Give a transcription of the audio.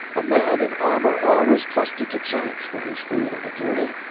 a man in armor always trusted to chance for his food on a journey,